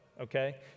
okay